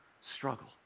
struggle